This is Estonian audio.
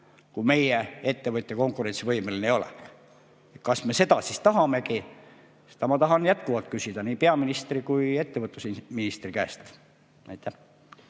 kui meie ettevõtja konkurentsivõimeline ei ole. Kas me seda siis tahamegi? Seda ma tahan jätkuvalt küsida nii peaministri kui ka ettevõtlusministri käest. Aitäh!